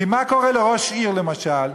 כי מה קורה לראש עיר, למשל,